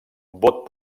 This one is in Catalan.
vot